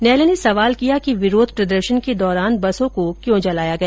न्यायालय ने सवाल किया कि विरोध प्रदर्शन के दौरान बसों को क्यों जलाया गया